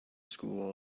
school